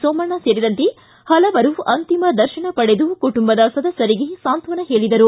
ಸೋಮಣ್ಣ ಸೇರಿದಂತೆ ಪಲವರು ಅಂತಿಮ ದರ್ಶನ ಪಡೆದು ಕುಟುಂಬದ ಸದಸ್ಕರಿಗೆ ಸಾಂತ್ವನ ಹೇಳಿದರು